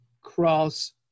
cross